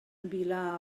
vila